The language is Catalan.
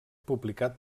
publicat